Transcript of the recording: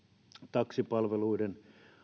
taksipalveluiden